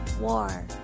war